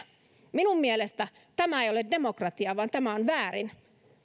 minun mielestäni tämä ei ole demokratiaa vaan tämä on väärin